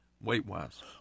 weight-wise